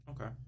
Okay